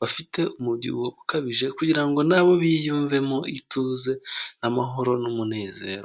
bafite umubyibuho ukabije kugira nabo biyumvemo ituze, n'amahoro n'umunezero.